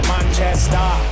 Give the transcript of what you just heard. Manchester